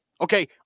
Okay